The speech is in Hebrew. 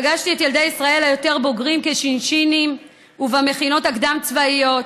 פגשתי את ילדי ישראל היותר-בוגרים כשינשינים ובמכינות הקדם-צבאיות,